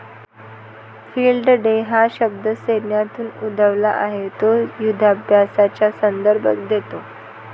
field day हा शब्द सैन्यातून उद्भवला आहे तो युधाभ्यासाचा संदर्भ देतो